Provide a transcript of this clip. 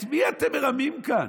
את מי אתם מרמים כאן?